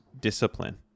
discipline